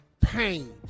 pain